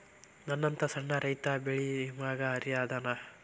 ನನ್ನಂತ ಸಣ್ಣ ರೈತಾ ಬೆಳಿ ವಿಮೆಗೆ ಅರ್ಹ ಅದನಾ?